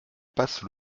passe